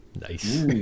nice